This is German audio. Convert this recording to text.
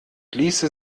ließe